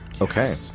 Okay